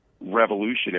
revolutionary